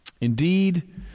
Indeed